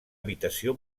habitació